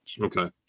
Okay